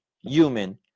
human